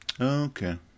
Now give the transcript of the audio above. Okay